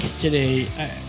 today